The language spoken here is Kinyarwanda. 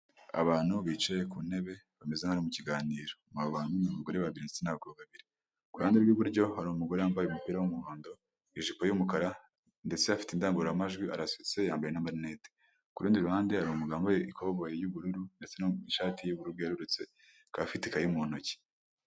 Abantu bicaye ku ntebe bameze nk'aho ari mu kiganiro, abo bantu ni abagore babiri ndetse na bagabo. Ku ruhande rw'iburyo hari umugore wambaye umupira w'umuhondo ijipo y'umukara, ndetse afite indangururamajwi arasutse yambaye na marinete. Kurundi ruhande hari umugabo wambaye ikoboyi y'ubururu ndetse n'ishati y'ubururu bwerurutse akaba afite ikayi mu ntoki.